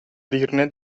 dirne